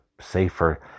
safer